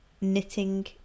knitting